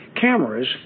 Cameras